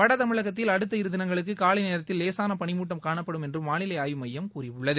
வடதமிழகத்தில் அடுத்த இரு தினங்களுக்கு காலை நேரத்தில் லேசான பனிமூட்டம் காணப்படும் என்றும் வானிலை ஆய்வு மையம் கூறியுள்ளது